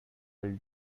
will